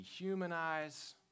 dehumanize